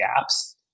gaps